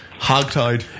Hogtied